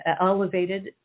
elevated